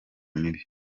mibi